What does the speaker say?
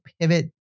pivot